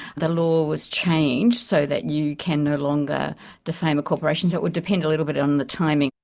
the law was changed so that you can no longer defame a corporation, so it would depend a little bit on the timing.